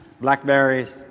Blackberries